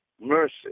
mercy